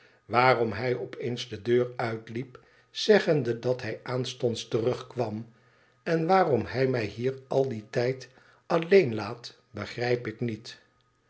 waarom hij op eens de deur uitliep zeggende dat hij aanstonds terugkwam en waarom hij mij hier al dien tijd alleen laat begrijp ik niet